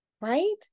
right